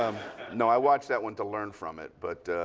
no, i watched that one to learn from it. but